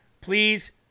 please